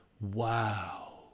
wow